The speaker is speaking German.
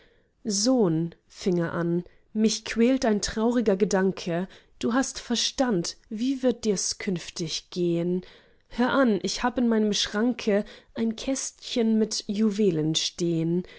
sohn fing er an mich quält ein trauriger gedanke du hast verstand wie wird dirs künftig gehn hör an ich hab in meinem schranke ein kästchen mit